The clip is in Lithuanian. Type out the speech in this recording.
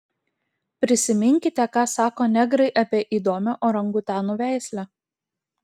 prisiminkite ką sako negrai apie įdomią orangutanų veislę